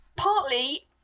Partly